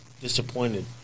disappointed